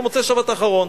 מקרה, ממוצאי השבת האחרונה.